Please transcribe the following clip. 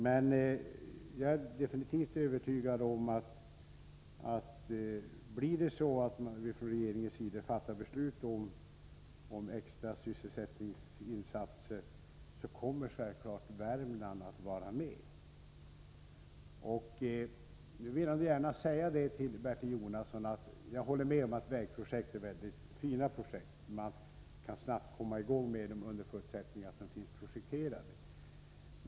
Men jag är övertygad om att om regeringen fattar beslut om extra sysselsättningsinsatser, kommer Värmland självfallet att beröras av dessa. Jag håller med om, Bertil Jonasson, att vägprojekt är mycket fina projekt. Man kan snabbt komma i gång med arbetena, under förutsättning att de finns projekterade.